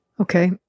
Okay